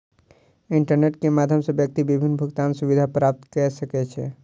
internet के माध्यम सॅ व्यक्ति विभिन्न भुगतान सुविधा प्राप्त कय सकै छै